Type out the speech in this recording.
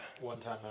One-time